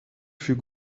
fut